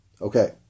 Okay